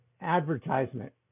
advertisement